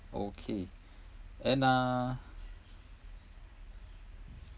okay and uh